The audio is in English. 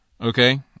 okay